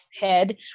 head